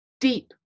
deep